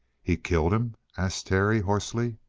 he killed him? asked terry hoarsely.